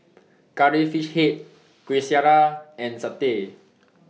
Curry Fish Head Kueh Syara and Satay